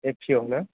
F C I आवना